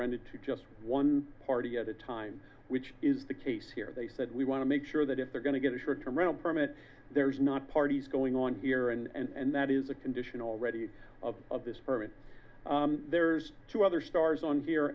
rented to just one party at a time which is the case here they said we want to make sure that if they're going to get a short term rental permit there's not parties going on here and that is a condition already of of this person there's two other stars on here